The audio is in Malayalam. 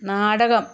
നാടകം